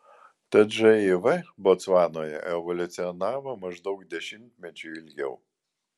tad živ botsvanoje evoliucionavo maždaug dešimtmečiu ilgiau